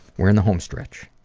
we're in the home stretch.